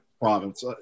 province